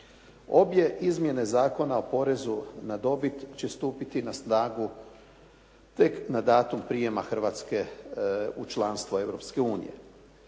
Obje izmjene Zakona o porezu na dobit će stupiti na snagu tek na datum prijema Hrvatske u članstvo